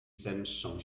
zemszczą